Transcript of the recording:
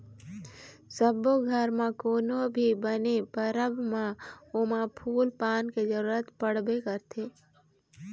सब्बो घर म कोनो भी बने परब म ओमा फूल पान के जरूरत पड़बे करथे